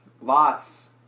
Lots